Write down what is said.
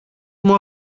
μου